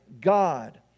God